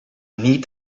need